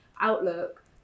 outlook